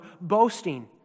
boasting